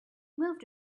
moved